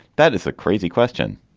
that is a crazy question.